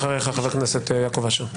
אחריך, חבר הכנסת יעקב אשר.